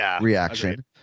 reaction